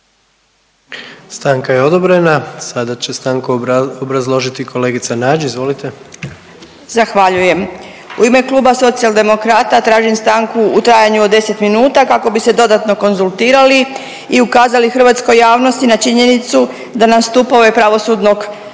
Stanka je odobrena. Sada će stanku obrazložiti kolegica Nađ. Izvolite. **Nađ, Vesna (Socijaldemokrati)** Zahvaljujem. U ime Kluba Socijaldemokrata tražim stanku u trajanju od 10 minuta kako bi se dodatno konzultirali i ukazali hrvatskoj javnosti na činjenicu da na … pravosudnog sustava